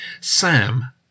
Sam